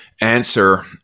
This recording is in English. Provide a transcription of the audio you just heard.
answer